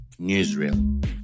Newsreel